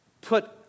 put